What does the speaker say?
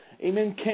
amen